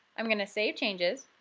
i'm going to save changes,